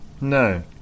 No